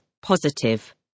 Positive